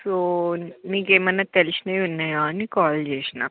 so మీకు ఏమన్న తెలిసినవి ఉన్నాయా అని కాల్ చేసిన